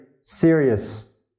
serious